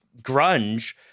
grunge